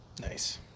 Nice